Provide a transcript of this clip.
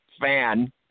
fan